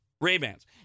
Ray-Bans